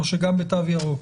או שגם בתו ירוק?